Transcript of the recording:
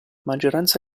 maggioranza